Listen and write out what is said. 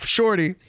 Shorty